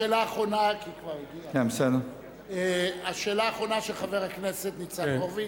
השאלה האחרונה, של חבר הכנסת ניצן הורוביץ.